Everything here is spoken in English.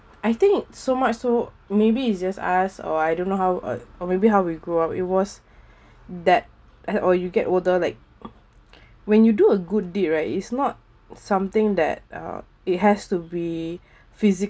I think so much so maybe it's just us or I don't know how or or maybe how we grew up it was that or you get older like when you do a good deed right is not something that uh it has to be physi~